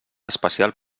especial